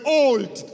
old